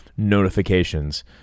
notifications